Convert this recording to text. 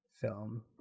film